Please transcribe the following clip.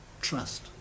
trust